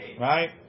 right